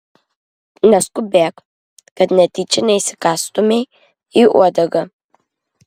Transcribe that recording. neskubėk kad netyčia neįsikąstumei į uodegą